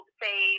say